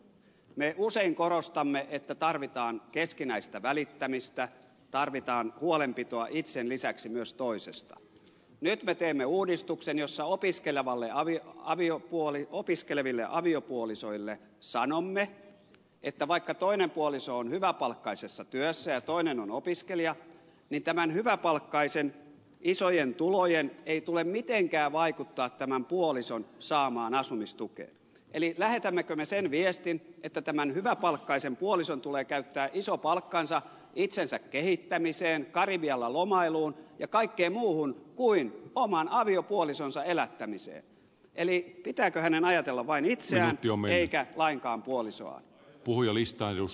me usein korostamme että tarvitaan keskinäistä välittämistä tarvitaan huolenpitoa itsen lisäksi myös toisesta ne me teemme uudistuksen jossa opiskelevalle ali aviopuoliso opiskeleville aviopuolisoille sanomme että vaikka toinen puoliso on hyväpalkkaisessa työssä ja toinen opiskelija pitämään hyväpalkkaisen isojen tulojen ei tule mitenkään vaikuttaa tämän puolison saamaan asumistukea eli lähetämmekö me sen viestin että tämän hyväpalkkaisen puolison tulee käyttää isopalkkansa itsensä kehittämiseen karibialla lomailuun ja kaiken muun kuin omaan aviopuolisonsa elättämiseen eli pitääkö hänen ajatella vain itseään jo meitä lainkaan puolisoaan puhujalistaius